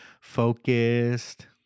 focused